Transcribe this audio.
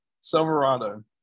Silverado